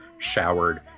showered